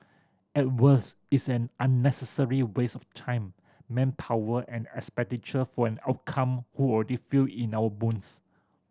at worse is an unnecessary waste of time manpower and expenditure for an outcome who already feel in our bones